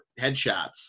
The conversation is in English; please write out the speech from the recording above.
headshots